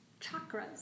chakras